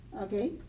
okay